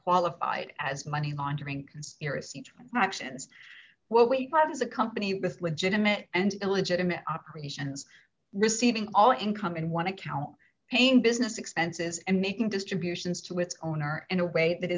qualify as money laundering conspiracy transactions what we have is a company with legitimate and illegitimate operations receiving all income in one account pain business expenses and making distributions to its owner in a way that